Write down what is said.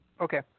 Okay